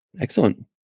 Excellent